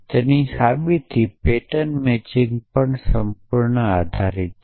તેની સાબિતી pattern matching પર સંપૂર્ણ આધારીત છે